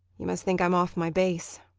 you must think i'm off my base.